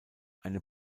eine